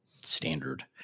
standard